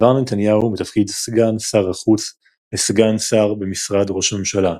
עבר נתניהו מתפקיד סגן שר החוץ לסגן שר במשרד ראש הממשלה.